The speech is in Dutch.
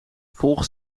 volgens